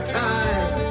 time